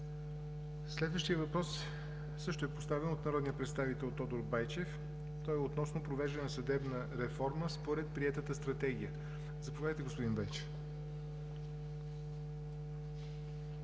Следващият въпрос също е поставен от народния представител Тодор Байчев. Той е относно провеждане на съдебна реформа, според приетата Стратегия. Заповядайте, господин Байчев.